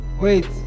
Wait